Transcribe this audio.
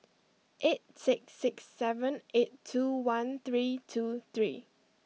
eight six six seven eight two one three two three